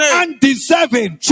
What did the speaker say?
undeserving